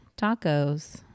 tacos